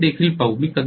आम्ही ते देखील पाहू